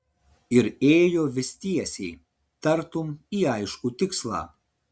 ir ėjo vis tiesiai tartum į aiškų tikslą